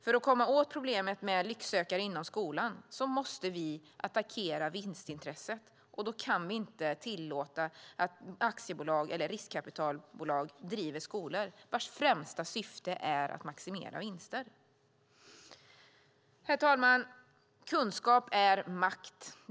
För att komma åt problemet med lycksökare inom skolan måste vi attackera vinstintresset, och då kan vi inte tillåta att aktiebolag eller riskkapitalbolag driver skolor vars främsta syfte är att maximera vinster. Herr talman! Kunskap är makt.